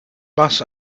bus